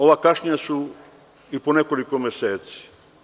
Ova kašnjenja su i po nekoliko meseci.